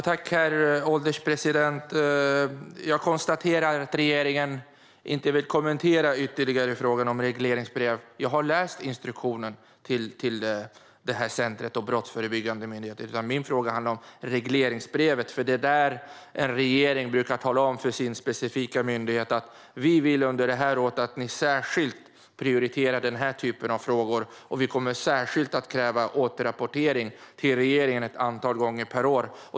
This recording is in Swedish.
Herr ålderspresident! Jag konstaterar att regeringen inte vill kommentera frågan om regleringsbrev ytterligare. Jag har läst instruktionen till detta centrum och till brottsförebyggande myndigheter. Min fråga handlar om regleringsbrevet. Det är där en regering brukar tala om för en specifik myndighet att man vill att myndigheten under detta år särskilt prioriterar en viss typ av frågor och att man särskilt kommer att kräva återrapportering till regeringen ett antal gånger per år.